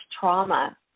trauma